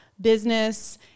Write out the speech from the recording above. business